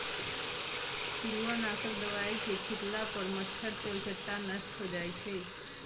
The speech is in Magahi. पिलुआ नाशक दवाई के छिट्ला पर मच्छर, तेलट्टा नष्ट हो जाइ छइ